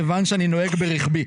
כיוון שאני נוהג ברכבי.